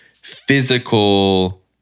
physical